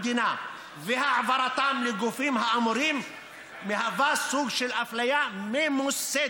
על ידי המדינה והעברתם לגופים האמורים מהווה סוג של אפליה ממוסדת,